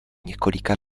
několika